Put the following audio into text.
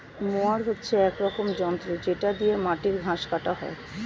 mower হচ্ছে এক রকমের যন্ত্র যেটা দিয়ে মাটির ঘাস কাটা হয়